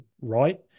right